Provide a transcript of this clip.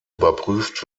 überprüft